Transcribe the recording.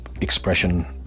expression